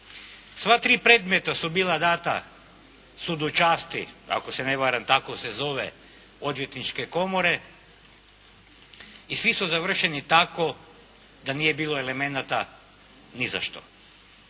Sva tri predmeta su bila dana Sudu časti, ako se ne varam tako se zove, odvjetničke komore i svi su završeni tako da nije bilo elemenata ni za što.